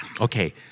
Okay